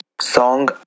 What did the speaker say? song